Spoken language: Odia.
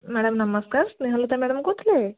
ମ୍ୟାଡମ୍ ନମସ୍କାର ସ୍ନେହଲତା ମ୍ୟାଡମ୍ କହୁଥିଲେ